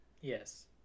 yes